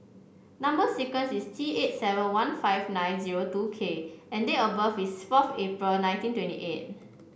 number sequence is T eight seven one five nine zero two K and date of birth is fourth April nineteen twenty eight